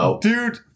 Dude